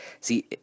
See